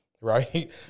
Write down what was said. Right